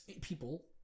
people